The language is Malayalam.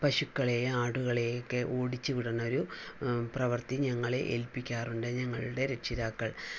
പശുക്കളെയും ആടുകളെയുമൊക്കെ ഓടിച്ചു വിടുന്ന ഒരു പ്രവൃത്തി ഞങ്ങളെ ഏൽപ്പിക്കാറുണ്ട് ഞങ്ങളുടെ രക്ഷിതാക്കൾ